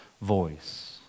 voice